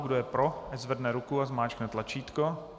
Kdo je pro, ať zvedne ruku a zmáčkne tlačítko.